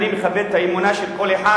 אני מכבד את האמונה של כל אחד.